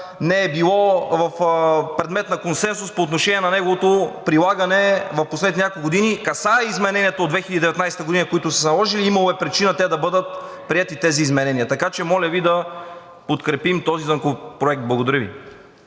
нито е било предмет на консенсус по отношение на неговото прилагане в последните няколко години. Касае измененията от 2019 г., които са се наложили – имало е причина тези изменения да бъдат приети. Така че моля Ви да подкрепим този законопроект. Благодаря Ви.